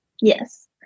Yes